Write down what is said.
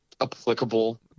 applicable